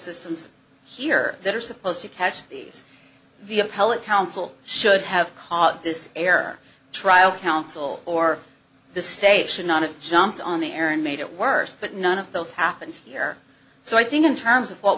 systems here that are supposed to catch these the appellate counsel should have caught this error trial counsel or the state should not have jumped on the air and made it worse but none of those happened here so i think in terms of what